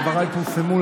ודבריי פורסמו,